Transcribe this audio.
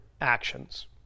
actions